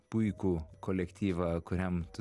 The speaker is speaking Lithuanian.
puikų kolektyvą kuriam tu